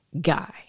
guy